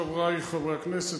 חברי חברי הכנסת,